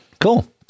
cool